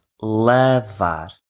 LAVAR